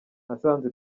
nasanze